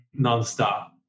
nonstop